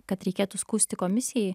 kad reikėtų skųsti komisijai